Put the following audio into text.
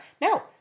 No